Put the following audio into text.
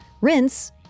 rinse